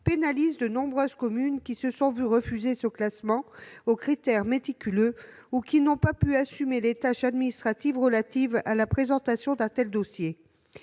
pénalise de nombreuses communes, auxquelles ce classement aux critères méticuleux a été refusé ou qui n'ont pas pu assumer les tâches administratives relatives à la présentation d'un tel dossier.